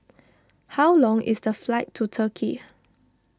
how long is the flight to Turkey